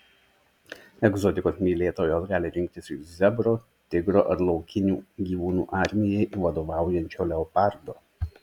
egzotikos mylėtojos gali rinktis iš zebro tigro ar laukinių gyvūnų armijai vadovaujančio leopardo